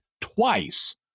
twice